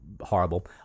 horrible